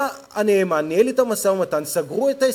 בא הנאמן, ניהל אתם משא-ומתן, סגרו את ההסכם,